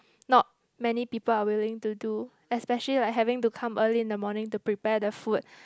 not many people are willing to do especially like having to come early in the morning to prepare the food